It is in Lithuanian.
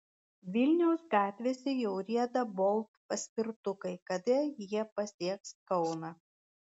vilniaus gatvėse jau rieda bolt paspirtukai kada jie pasieks kauną